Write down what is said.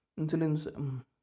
insulin